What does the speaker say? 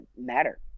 matter